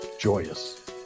joyous